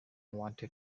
wanted